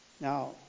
Now